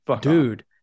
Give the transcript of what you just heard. dude